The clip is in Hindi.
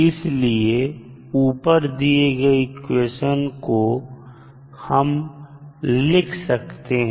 इसलिए ऊपर दिए गए इक्वेशन को हम लिख सकते हैं